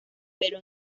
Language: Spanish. pero